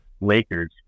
Lakers